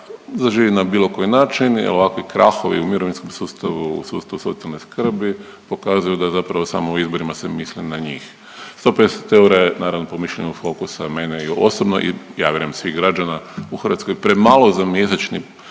zažive na bilo koji način jer ovakvi krahovi u mirovinsko sustavu, u sustavu socijalne skrbi pokazuju da zapravo samo u izborima se misli na njih. 150 eura je, naravno, po mišljenju Fokusa, mene i osobno i ja vjerujem svih građana u Hrvatskoj, premalo za mjesečni